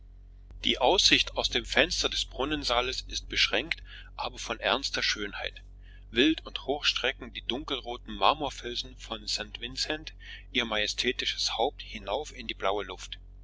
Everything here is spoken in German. die aussicht aus dem fenster des brunnensaals ist beschränkt aber von ernster schönheit wild und hoch streckend die dunkelroten marmorfelsen von st vincent ihr majestätisches haupt hinauf in die blaue luft